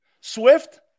Swift